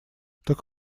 так